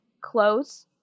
close